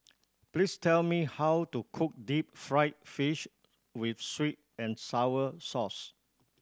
please tell me how to cook deep fried fish with sweet and sour sauce